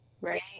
right